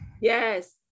yes